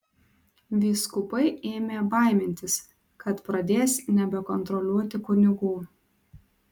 vyskupai ėmė baimintis kad pradės nebekontroliuoti kunigų